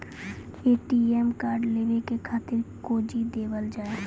ATM card लेवे के खातिर कौंची देवल जाए?